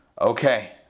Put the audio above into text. Okay